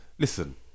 Listen